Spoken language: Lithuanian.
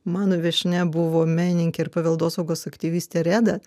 mano viešnia buvo menininkė ir paveldosaugos aktyvistė reda